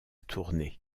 tournée